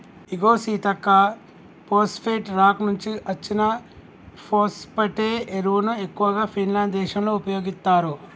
ఇగో Seethakka phosphate rock నుంచి అచ్చిన phosphate ఎరువును ఎక్కువగా ఫిన్లాండ్ దేశంలో ఉపయోగిత్తారు